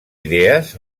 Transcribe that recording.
idees